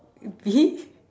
bee